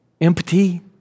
empty